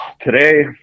today